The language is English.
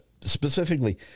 specifically